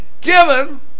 given